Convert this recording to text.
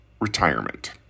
Retirement